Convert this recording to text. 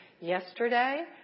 yesterday